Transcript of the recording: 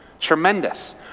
Tremendous